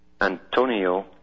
Antonio